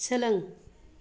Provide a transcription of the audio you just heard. सोलों